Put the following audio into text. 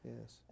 Yes